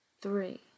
three